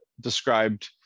described